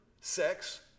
sex